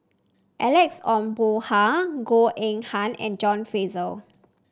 Alex Ong Boon Hau Goh Eng Han and John Fraser